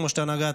כמו שאתה נגעת,